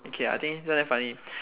okay I think this one damn funny